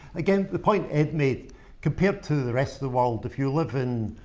again, the point ed made compared to the rest of the world, if you live in